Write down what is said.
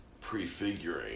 prefiguring